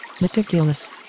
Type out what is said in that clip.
Meticulous